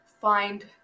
find